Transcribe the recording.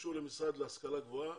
קשור למשרד להשכלה גבוהה